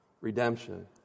redemption